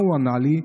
מה הוא ענה לי?